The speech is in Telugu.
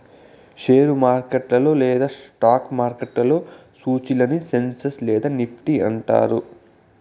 షేరు మార్కెట్ లేదా స్టాక్ మార్కెట్లో సూచీలని సెన్సెక్స్ నిఫ్టీ అంటారు